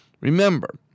Remember